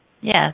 Yes